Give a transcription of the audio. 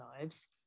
lives